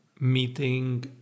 meeting